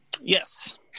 yes